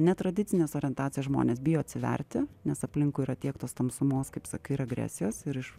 netradicinės orientacijos žmonės bijo atsiverti nes aplinkui yra tiek tos tamsumos kaip sakai ir agresijos ir iš